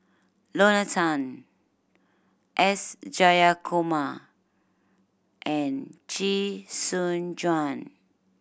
Lorna Tan S Jayakumar and Chee Soon Juan